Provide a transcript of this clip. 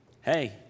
hey